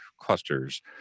clusters